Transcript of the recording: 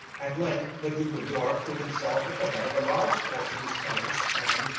at length the duke of york put himself at the head of a large force of his tenants, and,